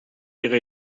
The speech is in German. ihre